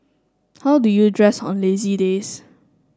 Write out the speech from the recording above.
how do you dress on lazy days